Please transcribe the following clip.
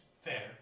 Fair